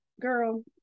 Girl